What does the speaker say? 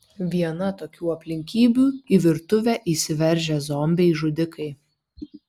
viena tokių aplinkybių į virtuvę įsiveržę zombiai žudikai